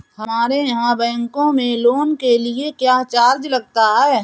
हमारे यहाँ बैंकों में लोन के लिए क्या चार्ज लगता है?